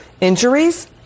injuries